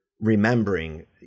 remembering